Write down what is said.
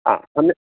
आ सम्यक्